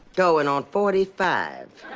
going on forty five!